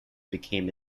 became